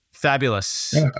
fabulous